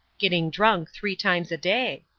getting drunk three times a day.